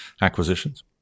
acquisitions